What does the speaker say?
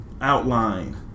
outline